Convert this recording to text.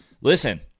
listen